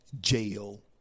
jail